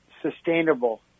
sustainable